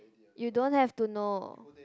you don't have to know